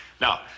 Now